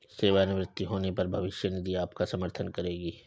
सेवानिवृत्त होने पर भविष्य निधि आपका समर्थन करेगी